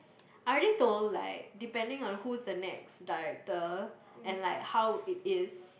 I already told like depending on who is the next director and like how it is